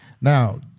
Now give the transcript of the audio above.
Now